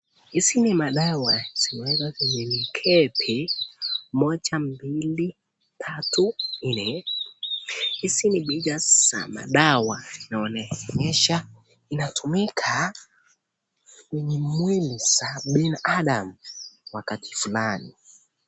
Hizi ni madawa zilizo kwenye mkebe moja, mbili, tatu, nne. Hizi ni picha za madawa na inaonyesha inatumika kwenye mwili za binadamu wakati fulani.